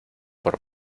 por